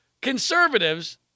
conservatives